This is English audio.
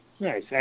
Nice